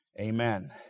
Amen